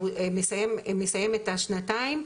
הוא מסיים את השנתיים,